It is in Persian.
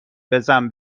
بزن